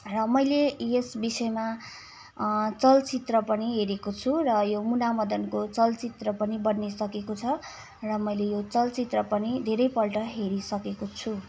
र मैलै यस विषयमा चलचित्र पनि हेरेको छु र यो मुना मदनको चलचित्र पनि बनिइसकेको छ र मैले यो चलचित्र पनि धेरैपल्ट हेरिसकेको छु